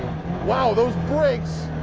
wow, those brakes.